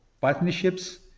partnerships